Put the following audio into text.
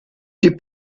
die